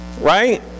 Right